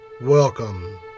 Welcome